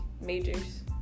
majors